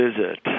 visit